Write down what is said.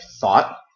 thought